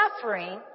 suffering